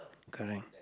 correct